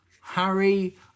Harry